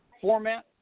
format